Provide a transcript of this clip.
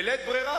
בלית ברירה,